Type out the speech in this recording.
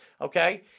Okay